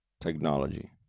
technology